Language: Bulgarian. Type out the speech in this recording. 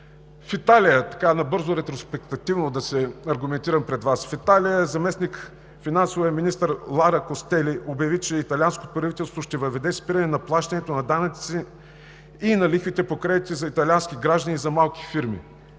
В Италия – набързо и ретроспективно да се аргументирам пред Вас – заместник-финансовият министър Лара Костели обяви, че италианското правителство ще въведе спирането на плащане на данъци и на лихви по кредити за италиански граждани и за малки фирми.